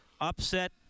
upset